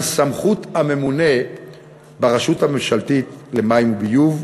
סמכות הממונה ברשות הממשלתית למים וביוב,